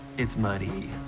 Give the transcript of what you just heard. it's muddy.